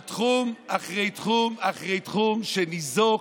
על תחום אחרי תחום אחרי תחום שניזוק,